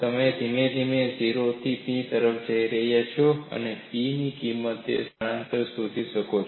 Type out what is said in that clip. તમે ધીમે ધીમે 0 થી P તરફ જઇ શકો છો અને તમે P ની કિંમત તેમજ સ્થાનાંતરણ નોધી શકો છો